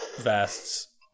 vests